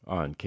on